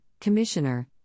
commissioner